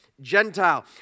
Gentile